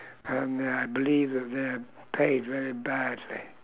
and uh I believe that they're paid very badly